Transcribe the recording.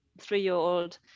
Three-year-old